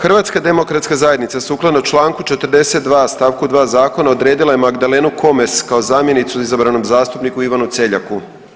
HDZ sukladno Članku 42. stavku 2. zakona odredila je Magdalenu Komes kao zamjenicu izabranog zastupniku Ivanu Celjaku.